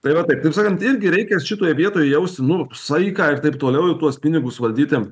tai va taip taip sakant irgi reikia šitoj vietoj jausti nu saiką ir taip toliau ir tuos pinigus valdyti